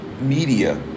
Media